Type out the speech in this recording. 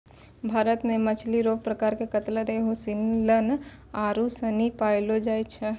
भारत मे मछली रो प्रकार कतला, रेहू, सीलन आरु सनी पैयलो जाय छै